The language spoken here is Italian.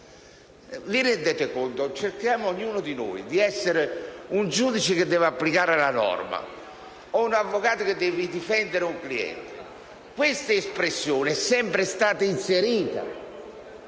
Vi rendete conto? Ognuno di noi immagini di essere un giudice che deve applicare la norma o un avvocato che deve difendere un cliente: quest'espressione, che è sempre stata inserita,